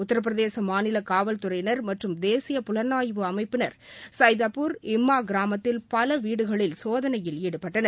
உத்தரப்பிரதேச மாநில காவல்துறையினர் மற்றும் தேசிய புலனாய்வு அமைப்பினர் சைதப்பூர் இம்மா கிராமத்தில் பல வீடுகளில் சோதனையில் ஈடுபட்டனர்